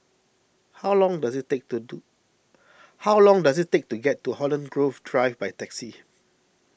how long does it take to do how long does it take to get to Holland Grove Drive by taxi